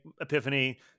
Epiphany